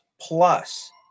plus